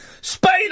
Spain